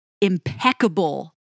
impeccable